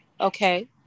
Okay